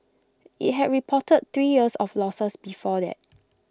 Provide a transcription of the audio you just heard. IT had reported three years of losses before that